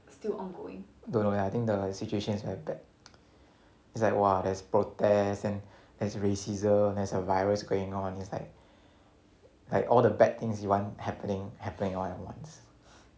don't know leh I think the situation is very bad it's like !wah! there's protests and there's racism there's a virus going on is like like all the bad things you want happening happening all at once